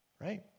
Right